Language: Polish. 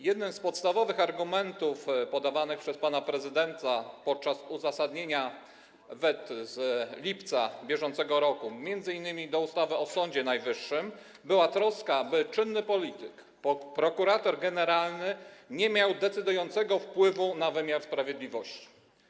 Jednym z podstawowych argumentów podawanych przez pana prezydenta podczas uzasadniania wet z lipca br., m.in. wobec ustawy o Sądzie Najwyższym, była troska, aby czynny polityk, prokurator generalny nie miał decydującego wpływu na wymiar sprawiedliwości.